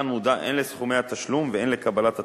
מודע הן לסכומי התשלום והן לקבלת הטובין,